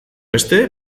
beste